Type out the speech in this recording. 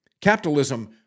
Capitalism